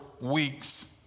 weeks